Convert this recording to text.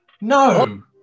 No